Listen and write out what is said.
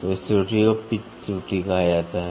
तो इस त्रुटि को पिच त्रुटि कहा जाता है